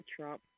Trump